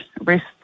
rest